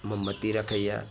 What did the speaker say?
मोमबत्ती रखैए